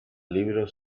libro